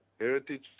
Heritage